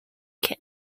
kin